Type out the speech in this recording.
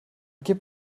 gib